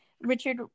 Richard